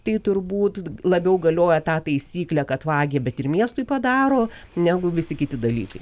tai turbūt labiau galioja ta taisyklė kad vagia bet ir miestui padaro negu visi kiti dalykai